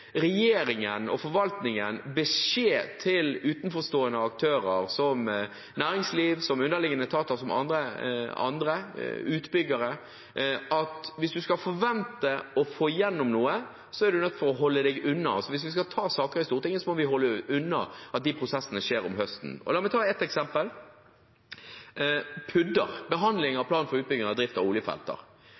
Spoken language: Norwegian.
regjeringen og forvaltningen beskjed til utenforstående aktører – slik som næringsliv, underliggende etater, utbyggere og andre – om at hvis du skal forvente å få igjennom noe, er du nødt til å holde deg unna. Altså: Hvis vi skal ta saker i Stortinget, må vi holde dem unna de prosessene som tas om høsten. La meg ta et eksempel: PUD-er, behandlingen av plan for utbygging og drift av